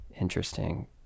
interesting